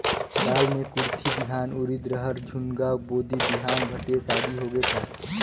दाल मे कुरथी बिहान, उरीद, रहर, झुनगा, बोदी बिहान भटेस आदि होगे का?